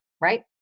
right